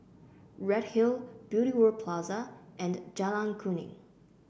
Redhill Beauty World Plaza and Jalan Kuning